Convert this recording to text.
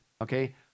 okay